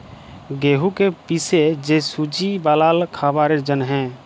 গেঁহুকে পিসে যে সুজি বালাল খাবারের জ্যনহে